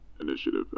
initiative